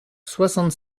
soixante